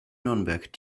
nürnberg